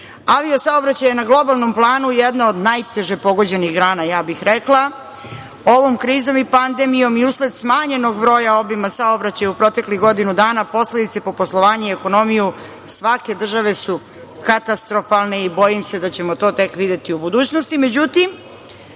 Avio saobraćaj je na globalnom planu jedna od najteže pogođenih grana, ja bih rekla, ovom krizom i pandemijom i usled smanjenog broja obima saobraćaja u proteklih godinu dana posledice po poslovanje i ekonomiju svake države su katastrofalne i bojim se da ćemo to tek videti u budućnost.Međutim,